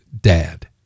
dad